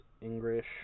English